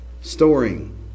storing